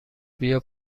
بیا